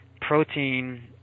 protein